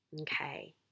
Okay